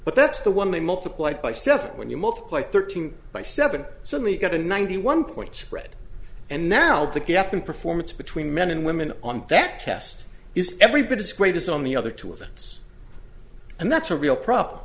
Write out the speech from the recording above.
but that's the one they multiplied by seven when you multiply thirteen by seven suddenly got a ninety one point spread and now the gap in performance between men and women on that test is every bit as great as on the other two events and that's a real problem